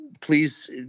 please